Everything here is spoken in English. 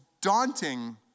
daunting